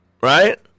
right